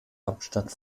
hauptstadt